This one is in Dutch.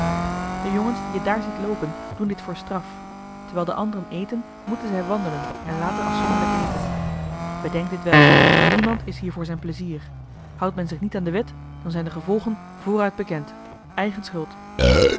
de jongens die je daar ziet loopen doen dit voor straf terwijl de anderen eten moeten zij wandelen en later afzonderlijk eten bedenk dit wel niemand is hier voor zijn pleizier houdt men zich niet aan de wet dan zijn de gevolgen vooruit bekend eigen schuld